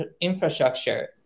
infrastructure